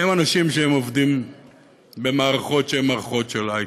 הם אנשים שעובדים במערכות של הייטק.